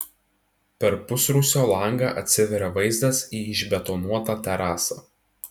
per pusrūsio langą atsiveria vaizdas į išbetonuotą terasą